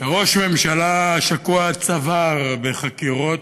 כשראש ממשלה שקוע עד צוואר בחקירות,